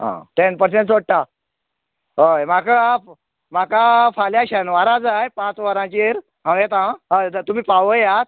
आं ten percent सोडटां हय म्हाका म्हाका फाल्यां शेनवारा जाय पांच वरांचेर हांव येता हय येता तुमी पावयात